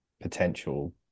potential